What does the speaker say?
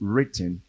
Written